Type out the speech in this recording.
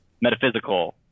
metaphysical